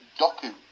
Doku